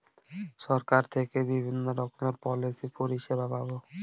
সরকার থেকে বিভিন্ন রকমের পলিসি পরিষেবা পাবো